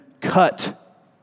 cut